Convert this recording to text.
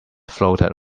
floated